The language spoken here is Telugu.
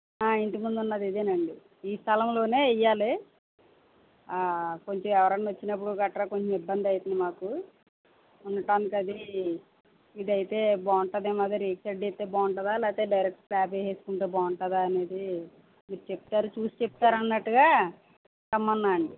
ఆ ఇంటి ముందు ఉన్నది ఇదేనండి ఈ స్థలంలోనే వెయ్యాలి కొంచెం ఎవరైనా వచ్చినప్పుడు గట్రా కొంచెం ఇబ్బంది అవుతుంది మాకు ఉండటానికి అది ఇది అయితే బాగుంటుందేమో రేకు షెడ్డు అయితే బాగుంటుందా డైరెక్ట్ స్లాబె వేసుకుంటే బాగుంటుందా అనేది మీరు చెప్తారు చూసి చెప్తారు అన్నట్టుగా రమ్మన్నాను అండి